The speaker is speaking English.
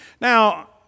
Now